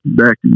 back